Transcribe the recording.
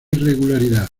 regularidad